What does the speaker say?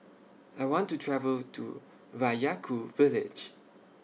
I want to travel to Vaiaku Village